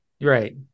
Right